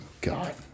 god